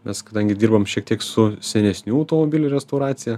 mes kadangi dirbam šiek tiek su senesnių automobilių restauracija